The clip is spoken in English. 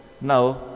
Now